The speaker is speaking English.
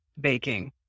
baking